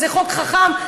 זה חוק חכם,